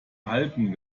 halten